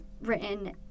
Written